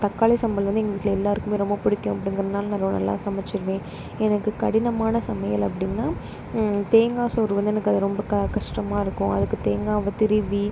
தக்காளி சாம்பார் வந்து எங்கள் வீட்டில் எல்லோருக்கும் ரொம்ப பிடிக்கும் அப்படிங்கிறதுனால நான் நல்லா சமைச்சுருவன் எனக்கு கடினமான சமையல் அப்படின்னா தேங்காசோறு வந்து எனக்கு அது ரொம்ப கஷ்டமாயிருக்கும் அதுக்கு தேங்காவை திருவி